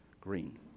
Green